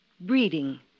Breeding